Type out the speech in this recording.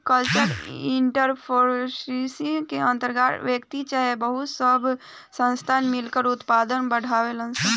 cultural entrepreneurship के अंतर्गत व्यक्ति चाहे बहुत सब संस्थान मिलकर उत्पाद बढ़ावेलन सन